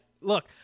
look